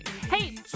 Hey